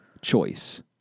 choice